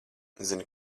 zini